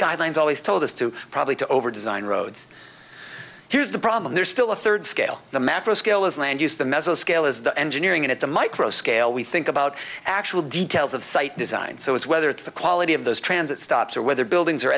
guidelines always told us to probably to overdesign roads here's the problem there's still a third scale the macro scale as land use the mesoscale is the engineering and at the micro scale we think about actual details of site design so it's whether it's the quality of those transit stops or whether buildings are